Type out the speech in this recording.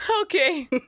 Okay